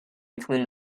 between